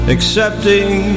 Accepting